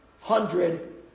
hundred